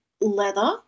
leather